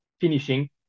finishing